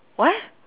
what